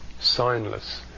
signless